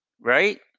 Right